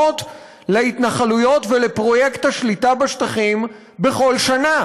להתנחלויות ולפרויקט השליטה בשטחים בכל שנה.